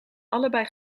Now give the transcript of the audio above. allebei